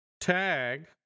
tag